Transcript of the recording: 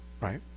right